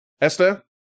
Esther